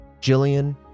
Jillian